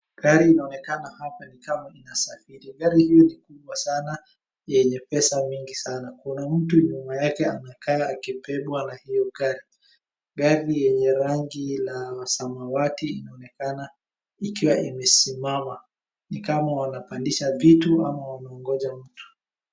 Gari inaonekana hapa ni kama inasafiri. Gari hiyo ni kubwa sana yenye pesa mingi sana. Kuna mtu nyuma yake anakaa akibebwa na hiyo gari. Gari yenye rangi la samawati inaonekana ikiwa imesimama. Ni kama wanapandisha vitu ama wameongoja mtu.